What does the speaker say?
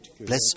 Bless